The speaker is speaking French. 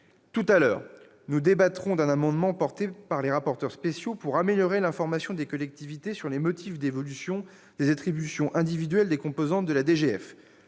Tout à l'heure, nous débattrons d'un amendement déposé par les rapporteurs spéciaux visant à améliorer l'information des collectivités sur les motifs d'évolution des attributions individuelles des composantes de la DGF.